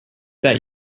that